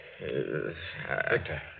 Victor